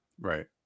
Right